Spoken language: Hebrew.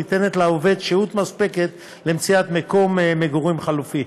ניתנת לעובד שהות מספקת למציאת מקום מגורים חלופי.